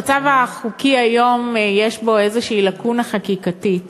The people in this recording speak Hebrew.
המצב החוקי היום, יש בו איזו לקונה חקיקתית